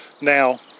Now